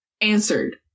answered